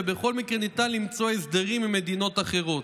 ובכל מקרה ניתן למצוא הסדרים עם מדינות אחרות.